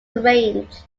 arranged